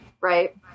Right